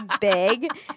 big